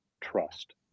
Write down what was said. trust